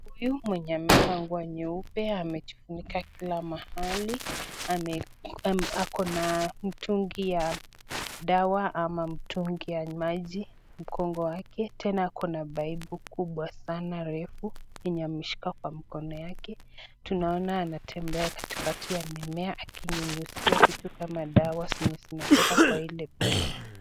Huyu mwenye amevaa nguo nyeupe amejifunika kila mahali, ako na mtungi ya dawa ama mtungi wa maji mgongo wake, tena ako na paipu kubwa sana refu yenye ameshika kwa mkono yake, tunaona anatembea katikati ya mimea akinyunyizia vitu kama dawa zenye zinatoka kwa hili paipu.